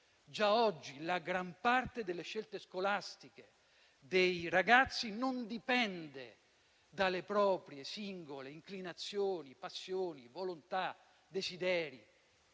Già oggi la gran parte delle scelte scolastiche dei ragazzi non dipende da inclinazioni, passioni, volontà, desideri